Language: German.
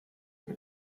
mit